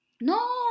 No